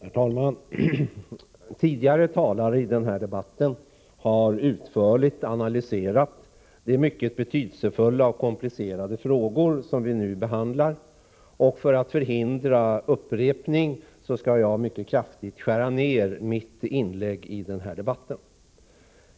Herr talman! Tidigare talare i denna debatt har utförligt analyserat de mycket betydelsefulla och komplicerade frågor som vi nu behandlar, och för att förhindra upprepning skall jag mycket kraftigt skära ned mitt inlägg.